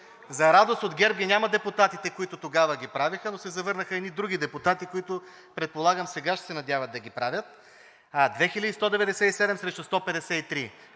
За радост ги няма депутатите от ГЕРБ, които тогава ги правеха, но се завърнаха едни други депутати, които, предполагам, сега ще се надяват да ги правят. 2197 гласа срещу 153.